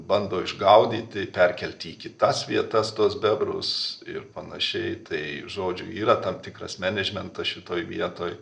bando išgaudyti perkelti į kitas vietas tuos bebrus ir panašiai tai žodžiu yra tam tikras menedžmentas šitoj vietoj